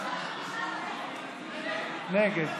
ככל שזו אפילו לא תהיה בעיה,